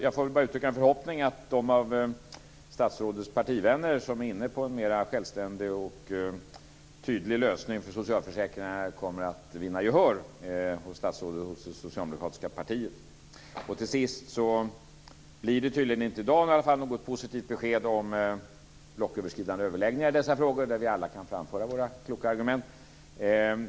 Jag får uttrycka en förhoppning att de av statsrådets partivänner som är inne på en mera självständig och tydlig lösning för socialförsäkringarna vinner gehör hos statsrådet och det socialdemokratiska partiet. Till sist: Det blir tydligen inte i dag i alla fall något positivt besked om blocköverskridande överläggningar i dessa frågor där vi alla kan framföra våra kloka argument.